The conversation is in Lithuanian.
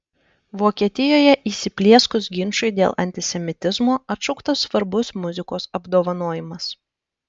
vokietijoje įsiplieskus ginčui dėl antisemitizmo atšauktas svarbus muzikos apdovanojimas